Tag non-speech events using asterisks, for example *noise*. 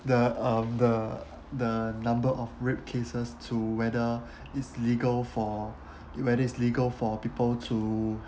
the um the the number of rape cases to whether *breath* it's legal for *breath* whether it's legal for people to